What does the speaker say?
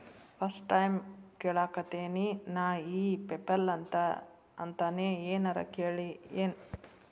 First time ಕೇಳಾಕತೇನಿ ನಾ ಇ ಪೆಪಲ್ ಅಂತ ನೇ ಏನರ ಕೇಳಿಯೇನ್?